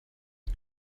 you